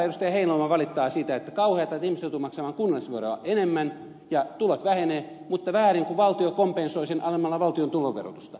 heinäluoma valittaa sitä että kauheata että ihmiset joutuvat maksamaan kunnallisveroa enemmän ja tulot vähenevät mutta on väärin kun valtio kompensoi sen alentamalla valtion tuloverotusta